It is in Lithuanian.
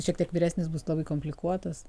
šiek tiek vyresnis bus labai komplikuotas